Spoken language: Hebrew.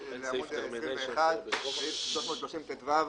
21, סעיף 330טו,